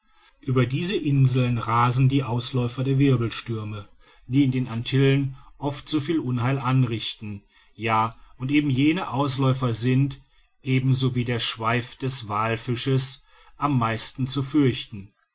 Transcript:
ueber diese inseln rasen die ausläufer der wirbelstürme die in den antillen oft so viel unheil anrichten ja und eben jene ausläufer sind ebenso wie der schweif des walfisches am meisten zu fürchten